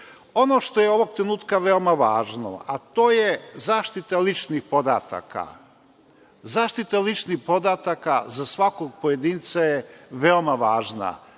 EU.Ono što je ovog trenutka veoma važno, a to je zaštita ličnih podataka. Zaštita ličnih podataka za svakog pojedinca je veoma važna.